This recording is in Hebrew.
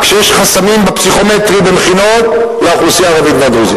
כשיש חסמים בפסיכומטרי במכינות לאוכלוסייה הערבית והדרוזית?